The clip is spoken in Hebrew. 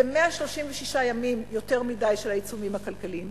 זה 136 ימים יותר מדי של העיצומים הכלכליים,